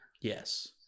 Yes